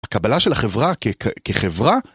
הקבלה של החברה כחברה?